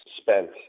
spent